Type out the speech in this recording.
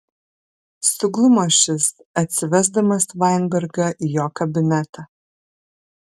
suglumo šis atsivesdamas vainbergą į jo kabinetą